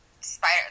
Spider